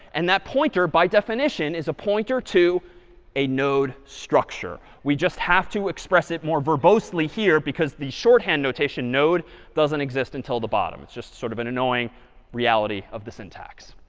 and that pointer by definition is a pointer to a node structure. we just have to express it more verbosely here, because the shorthand notation node doesn't exist until the bottom. it's just sort of an annoying reality of the syntax.